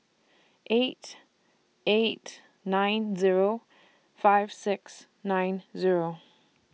eight eight nine Zero five six nine Zero